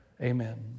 Amen